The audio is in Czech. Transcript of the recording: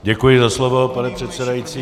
Děkuji za slovo, pane předsedající.